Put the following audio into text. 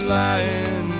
lying